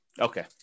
okay